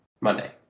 Monday